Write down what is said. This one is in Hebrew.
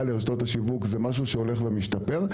לרשתות השיווק זה משהו שהולך ומשתפר.